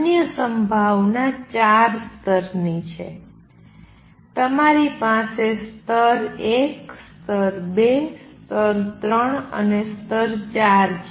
અન્ય સંભાવના ચાર સ્તરની છે તમારી પાસે સ્તર ૧ સ્તર ૨ સ્તર 3 સ્તર ૪ છે